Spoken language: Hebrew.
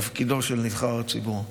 תפקידו של נבחר ציבור.